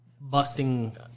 busting